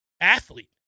athlete